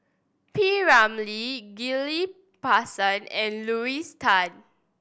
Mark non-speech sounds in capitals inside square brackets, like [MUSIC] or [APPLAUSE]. P Ramlee Ghillie Basan and [UNINTELLIGIBLE] Tan